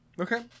Okay